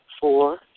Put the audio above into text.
Four